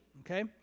Okay